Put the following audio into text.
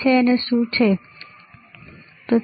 હા તે એકીકૃત સર્કિટ પણ છે